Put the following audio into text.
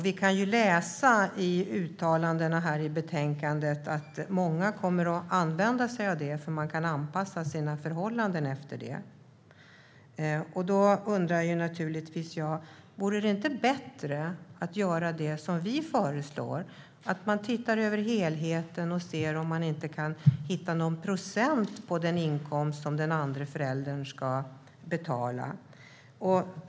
Vi kan läsa i uttalandena i betänkandet att många kommer att använda sig av detta då de kan anpassa sina förhållanden efter det. Då undrar jag: Vore det inte bättre att göra som vi föreslår, nämligen titta på helheten och se om man inte kan hitta någon procent på den inkomst som den andra föräldern ska betala?